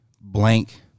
blank